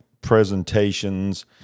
presentations